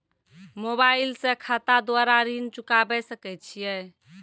Mobile से खाता द्वारा ऋण चुकाबै सकय छियै?